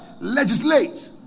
legislate